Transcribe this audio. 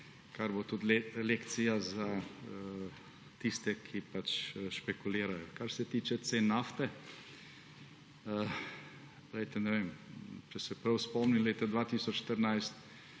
kar bo tudi lekcija za tiste, ki špekulirajo. Kar se tiče cen nafte, ne vem, če se prav spomnim, leta 2014